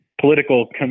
political